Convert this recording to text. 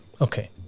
Okay